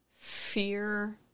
fear